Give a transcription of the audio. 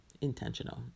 intentional